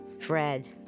Fred